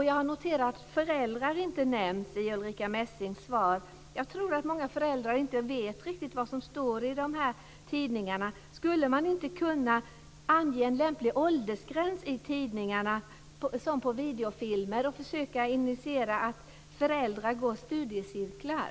Jag har noterat att föräldrar inte nämns i Ulrica Messings svar. Jag tror att många föräldrar inte riktigt vet vad som står i dessa tidningar. Skulle man inte kunna ange en lämplig åldersgräns i tidningarna, som på videofilmer, och försöka initiera något, så att föräldrar går studiecirklar?